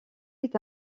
est